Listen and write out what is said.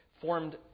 formed